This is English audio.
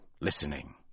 listening